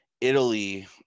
Italy